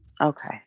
Okay